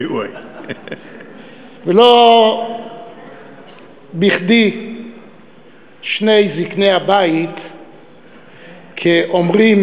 ולא בכדי שני זקני הבית כאומרים,